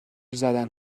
زدن